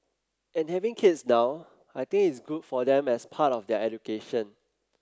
and having kids now I think it's good for them as part of their education